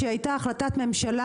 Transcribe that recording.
שהייתה החלטת ממשלה,